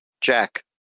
jack